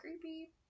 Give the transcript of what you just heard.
creepy